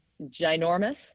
ginormous